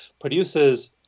produces